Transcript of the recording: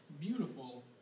beautiful